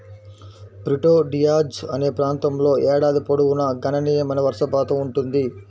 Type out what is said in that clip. Prieto Diaz అనే ప్రాంతంలో ఏడాది పొడవునా గణనీయమైన వర్షపాతం ఉంటుంది